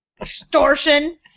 extortion